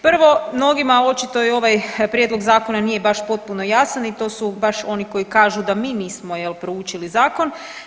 Prvo mnogima očito ovaj prijedlog zakona nije baš potpuno jasan i to su baš oni koji kažu da mi nismo proučili zakon.